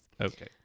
okay